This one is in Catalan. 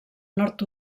nord